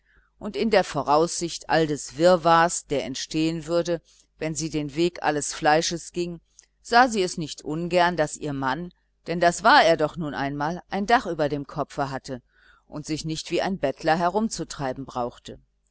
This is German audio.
und in der voraussicht all des wirrwarrs der entstehen würde wenn sie den weg alles fleisches ging sah sie es nicht ungern daß ihr mann denn das war er nun doch einmal ein dach über dem kopfe hatte und sich nicht wie ein bettler herumzutreiben brauchte